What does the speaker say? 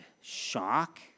shock